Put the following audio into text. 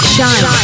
Shine